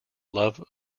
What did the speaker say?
love